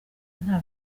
nta